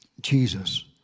Jesus